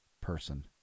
person